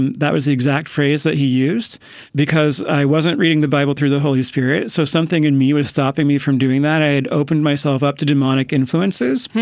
and that was the exact phrase that he used because i wasn't reading the bible through the holy spirit. so something in me was stopping me from doing that. i'd opened myself up to demonic influences.